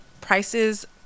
prices